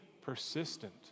persistent